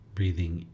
Breathing